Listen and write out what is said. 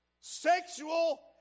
sexual